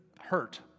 hurt